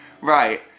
right